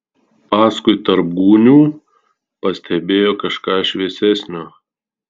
paskui tarp gūnių pastebėjo kažką šviesesnio